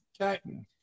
Okay